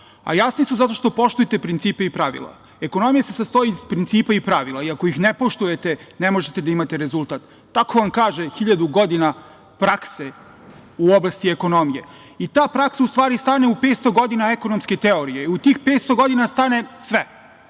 a jasni su zato što poštujete principe i pravila. Ekonomija se sastoji iz principa i pravila i ako ih ne poštujete ne možete da imate rezultat, tako vam kaže hiljadu godina prakse u oblasti ekonomije. Ta praksa u stvari stane u 500 godina ekonomske teorije. U tih 500 godina stane sve,